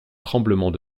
tremblement